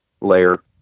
layer